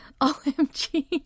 OMG